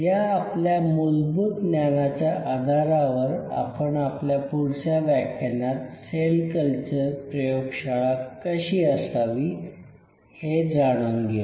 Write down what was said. या आपल्या मूलभूत ज्ञानाच्या आधारावर आपण आपल्या पुढच्या व्याख्यानात सेल कल्चर प्रयोगशाळा कशी असावी हे जाणून घेऊ